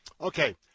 Okay